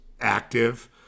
active